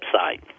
website